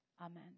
Amen